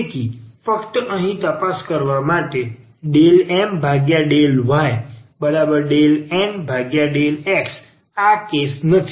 તેથી ફક્ત અહીં તપાસ કરવા માટે ∂M∂y∂N∂xઆ કેસ નથી